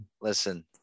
Listen